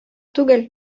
түгел